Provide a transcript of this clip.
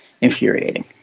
infuriating